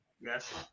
Yes